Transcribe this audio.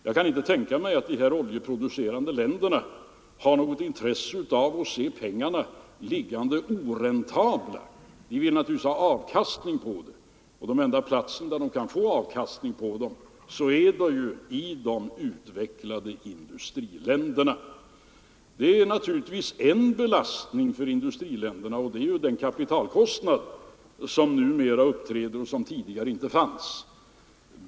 Jag kan inte tänka mig att de oljeproducerande länderna har något intresse av att se pengarna ligga oräntabla. De vill naturligtvis ha avkastning på dem, och den enda platsen där de kan få avkastning är i de utvecklade industriländerna. Den kapitalkostnad som numera uppträder men tidigare inte fanns är naturligtvis en belastning för industriländerna.